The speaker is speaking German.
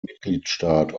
mitgliedstaat